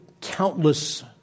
countless